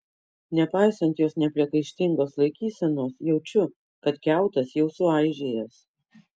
nepaisant jos nepriekaištingos laikysenos jaučiu kad kiautas jau suaižėjęs